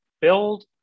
build